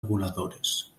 reguladores